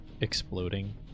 exploding